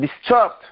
disturbed